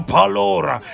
Palora